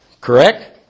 Correct